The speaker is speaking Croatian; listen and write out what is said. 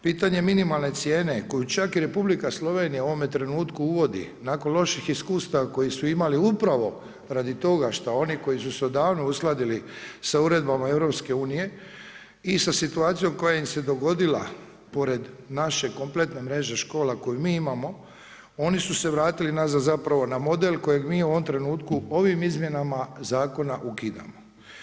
Pitanje minimalne cijene koju čak i Republika Slovenija u ovome trenutku uvodi nakon loših iskustava kojih su imali upravo radi toga šta oni koji su se odavno uskladili sa uredbama EU i sa situacijom koja im se dogodila pored naše kompletne mreže škola koju mi imamo oni su se vratili nazad zapravo na model kojeg mi u ovom trenutku ovim izmjenama zakona ukidamo.